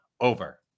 over